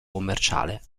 commerciale